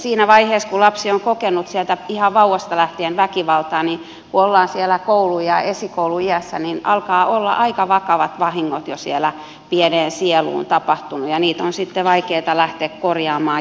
siinä vaiheessa kun lapsi on kokenut sieltä ihan vauvasta lähtien väkivaltaa niin kun ollaan siellä koulu ja esikouluiässä alkavat olla aika vakavat vahingot jo siellä pieneen sieluun tapahtuneet ja niitä on sitten vaikeata lähteä korjaamaan jälkikäteen